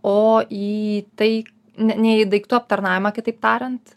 o į tai ne ne į daiktų aptarnavimą kitaip tariant